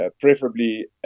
preferably